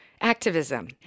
activism